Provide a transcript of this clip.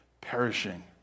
perishing